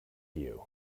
you